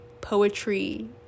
poetry